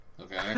okay